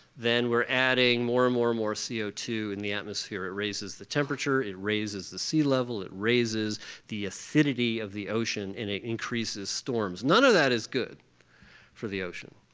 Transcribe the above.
then we're adding more and more and more c o two in the atmosphere. it raises the temperature. it raises the sea level. it raises the acidity of the ocean and it increases storms. none of that is good for the ocean.